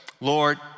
Lord